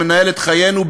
שמנהל את חיינו,